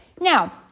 Now